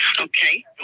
Okay